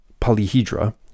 polyhedra